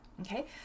Okay